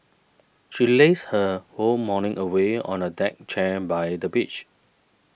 she lazed her whole morning away on a deck chair by the beach